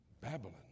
Babylon